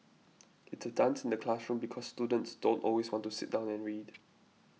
it's a dance in the classroom because students don't always want to sit down and read